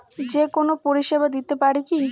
যে কোনো পরিষেবা দিতে পারি কি?